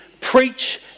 preach